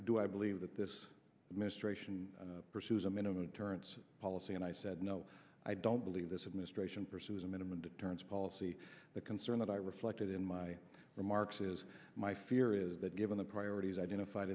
do i believe that this administration pursues a minimum turns policy and i said no i don't believe this administration pursues a minimum deterrence policy the concern that i reflected in my remarks is my fear is that given the priorities identified